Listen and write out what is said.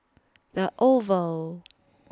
The Oval